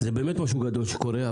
זה באמת משהו גדול שקורה,